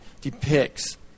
depicts